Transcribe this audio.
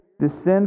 descend